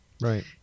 right